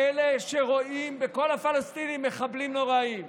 גם לאלה שרואים בכל הפלסטינים מחבלים נוראים,